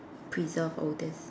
preserve all these